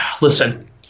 listen